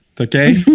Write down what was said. Okay